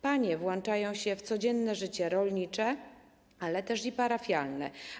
Panie włączają się w codzienne życie rolnicze, ale też i parafialne.